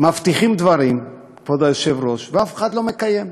מבטיחים דברים, כבוד היושב-ראש, ואף אחד לא מקיים.